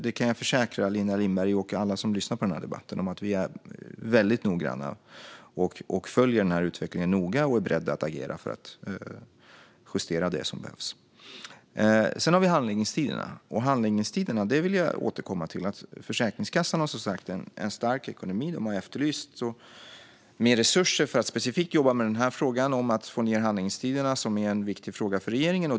Jag kan försäkra Linda Lindberg och alla som lyssnar på den här debatten att vi är väldigt noggranna. Vi följer utvecklingen noga och är beredda att agera för att justera det som behöver justeras. Sedan har vi handläggningstiderna. Jag vill återkomma till att Försäkringskassan har en stark ekonomi. De har efterlyst mer resurser för att specifikt jobba med att få ned handläggningstiderna, som är en viktig fråga för regeringen.